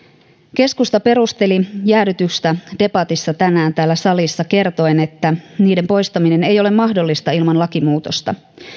keskusta perusteli jäädytystä debatissa tänään täällä salissa kertoen että niiden poistaminen ei ole mahdollista ilman lakimuutosta